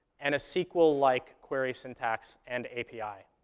and a sequel-like query syntax and api.